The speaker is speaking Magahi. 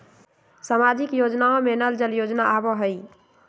सामाजिक योजना में नल जल योजना आवहई?